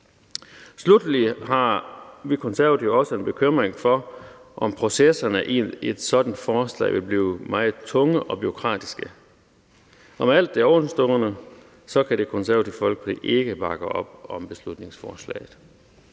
Sluttelig har vi Konservative også en bekymring for, om processerne i et sådant forslag vil blive meget tunge og bureaukratiske. På baggrund af alt det overstående kan Det Konservative Folkeparti ikke bakke op om beslutningsforslaget.